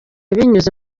binyuze